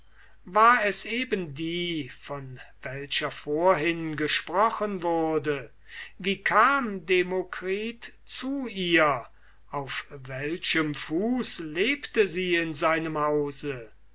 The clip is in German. war es eben die von welcher vorhin gesprochen wurde wie kam demokritus zu ihr auf welchen fuß lebte sie in seinem hause